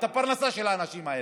את הפרנסה של האנשים האלה?